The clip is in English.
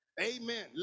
Amen